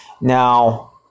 now